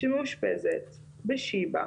שמאושפזת בשיבא